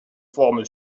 forme